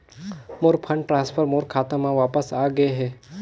मोर fund transfer मोर खाता म वापस आ गे हे